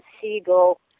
seagull